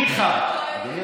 ניחא.